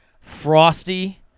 frosty